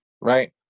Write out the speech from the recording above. Right